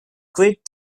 great